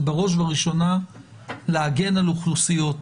זה בראש ובראשונה להגן על אוכלוסיות.